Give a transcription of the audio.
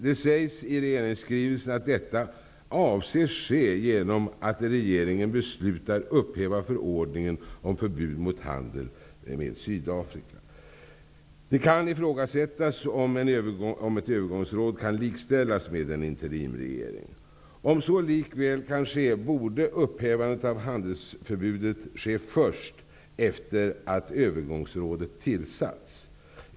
Det sägs i regeringsskrivelsen att detta avses ske genom att regeringen beslutar upphäva förordningen om förbud mot handel med Det kan ifrågasättas om ett övergångsråd kan likställas med en interimsregering. Om så likväl kan ske, borde upphävandet av handelsförbudet ske först efter det att övergångsrådet tillsatts.